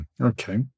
Okay